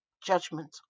judgment